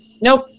Nope